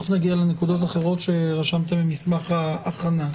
תכף נגיע לנקודות אחרות שרשמתם במסמך ההכנה.